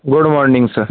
good morning sir